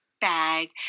bag